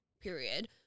period